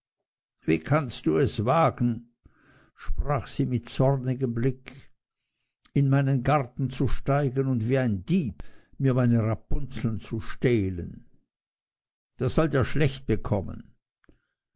wie kannst du es wagen sprach sie mit zornigem blick in meinen garten zu steigen und wie ein dieb mir meine rapunzeln zu stehlen das soll dir schlecht bekommen